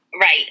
Right